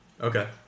Okay